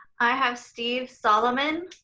i have steve solomon.